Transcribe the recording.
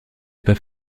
pas